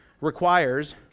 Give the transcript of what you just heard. requires